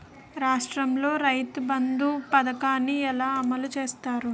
రాష్ట్రంలో రైతుబంధు పథకాన్ని ఎలా అమలు చేస్తారు?